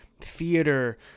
theater